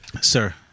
Sir